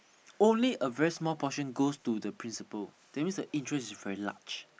only a very small portion goes to the principal that means the interest is very large